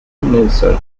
nelson